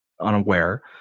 unaware